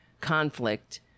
conflict